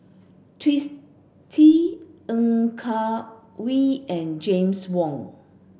Twisstii Ng Yak Whee and James Wong